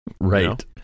Right